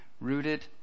rooted